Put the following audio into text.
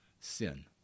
sin